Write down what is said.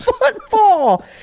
Football